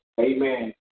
Amen